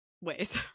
ways